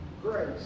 grace